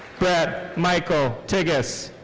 bret michael tigges.